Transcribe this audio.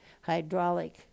hydraulic